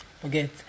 Forget